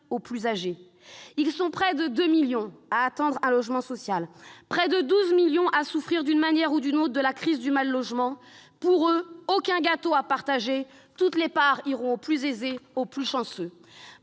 aux plus âgés. Ils sont près de 2 millions à attendre un logement social, près de 12 millions à souffrir d'une manière ou d'une autre du mal-logement. Pour eux, il n'y a aucun gâteau à partager : toutes les parts iront aux plus aisés, aux plus chanceux.